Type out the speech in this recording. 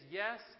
yes